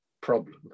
problem